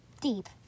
deep